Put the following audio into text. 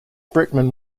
brickman